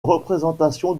représentation